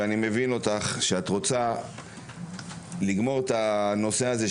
ואני מבין אותך שאת רוצה לסיים את הנושא של